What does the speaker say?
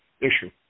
issue